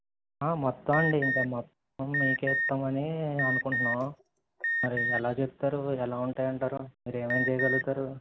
మొత్తం అండి ఇంకా మొత్తం మీకు ఇస్తామని అనుకుంటున్నాం మరి ఎలా చెప్తారు ఎలా ఉంటాయి అంటారు మీరు ఏమేమి చేయగలుగుతారు